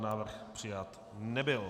Návrh přijat nebyl.